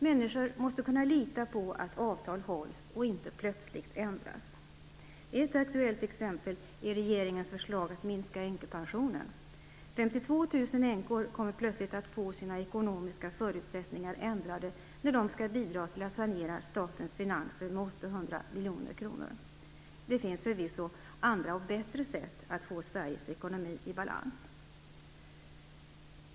Människor måste kunna lita på att avtal hålls och inte plötsligt ändras. Ett aktuellt exempel är regeringens förslag att minska änkepensionen. 52 000 änkor kommer plötsligt att få sina ekonomiska förutsättningar ändrade när de skall bidra till att sanera statens finanser med 800 miljoner kronor. Det finns förvisso andra och bättre sätt att få Sveriges ekonomi i balans.